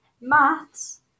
maths